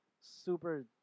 super